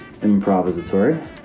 improvisatory